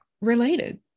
related